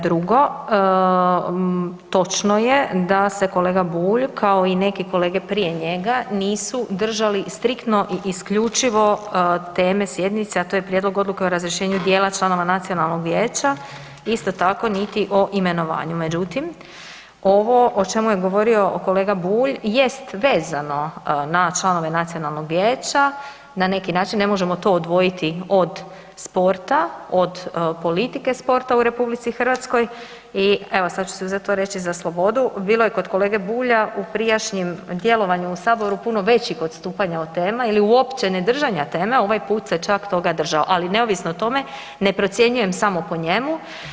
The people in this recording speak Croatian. Drugo, točno je da se kolega Bulj kao i neke kolege prije njega nisu držali striktno i isključivo teme sjednice, a to je Prijedlog odluke o razrješenju dijela članova Nacionalnog vijeća, isto tako niti o imenovanju, međutim ovo o čemu je govorio kolega Bulj jest vezano na članove nacionalnog vijeća na neki način ne možemo to odvojiti od sporta, od politike sporta u RH i evo sada ću to reći za slobodu, bilo je kod kolege Bulja u prijašnjem djelovanju u Saboru puno većih odstupanja od tema ili uopće ne držanja teme ovaj put se čak toga držao, ali neovisno o tome ne procjenjujem samo po njemu.